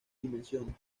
dimensiones